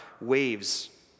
waves